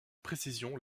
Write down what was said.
précision